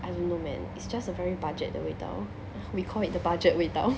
I don't know man it's just a very budget 的味道 we call it the budget 味道